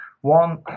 One